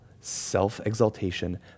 self-exaltation